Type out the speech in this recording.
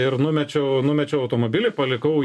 ir numečiau numečiau automobilį palikau